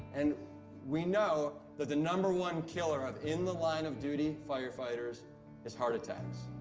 and we know that the number one killer of in the line of duty firefighters is heart attacks.